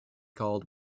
called